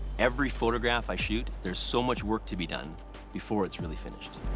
every photograph i shoot, there is so much work to be done before it's really finished.